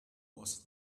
was